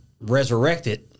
resurrected